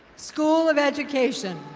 school of education.